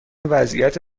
وضعیت